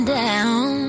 down